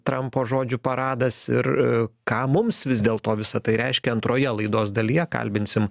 trampo žodžių paradas ir ką mums vis dėl to visa tai reiškia antroje laidos dalyje kalbinsime